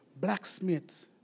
blacksmiths